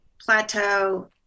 plateau